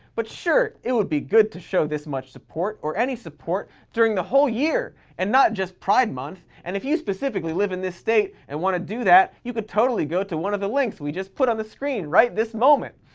but sure, it would be good to show this much support or any support during the whole year and not just pride month. and if you specifically live in this state and want to do that you could totally go to one of the links we just put on the screen right this moment.